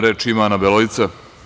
Reč ima Ana Beloica.